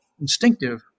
instinctive